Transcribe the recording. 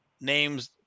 names